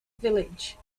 village